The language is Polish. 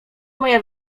moje